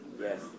Yes